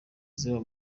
ziba